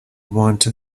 wanta